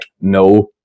no